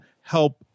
help